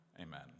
amen